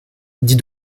dit